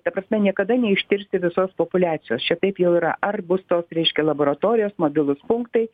ta prasme niekada neištirsi visos populiacijos čia taip jau yra ar bus tos reiškia laboratorijos mobilūs punktai